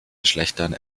geschlechtern